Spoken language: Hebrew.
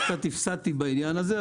קצת הפסדתי בעניין הזה,